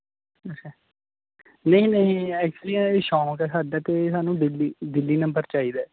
ਅੱਛਾ ਨਹੀਂ ਨਹੀਂ ਐਕਚੂਅਲੀ ਨਾ ਜੀ ਸ਼ੌਂਕ ਹੈ ਸਾਡਾ ਅਤੇ ਸਾਨੂੰ ਦਿੱਲੀ ਦਿੱਲੀ ਨੰਬਰ ਚਾਹੀਦਾ